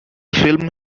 film